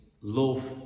love